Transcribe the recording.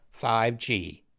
5G